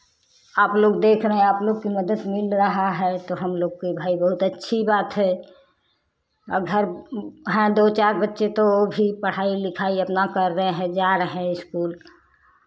आपलोग देख रहे हैं आपलोग की मदद मिल रहा है तो हमलोग को भाई बहुत अच्छी बात है और घर हैं दो चार बच्चे तो ओ भी पढ़ाई लिखाई अपना कर रहे हैं जा रहे हैं स्कूल